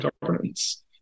governance